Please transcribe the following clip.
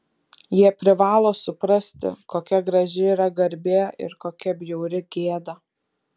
jie privalo suprasti kokia graži yra garbė ir kokia bjauri gėda